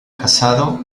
casado